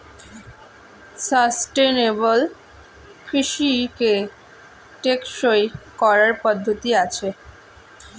sustainable কৃষিকে টেকসই করার পদ্ধতি আছে